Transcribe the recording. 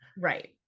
Right